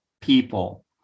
people